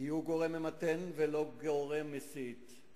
תהיו גורם ממתן ולא גורם מסית.